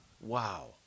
Wow